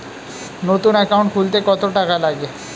নতুন একাউন্ট খুলতে কত টাকা লাগে?